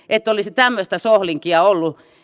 että miesmuistiin olisi tämmöistä sohlinkia ollut